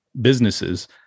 businesses